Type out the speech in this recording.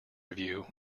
review